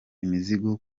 imizigo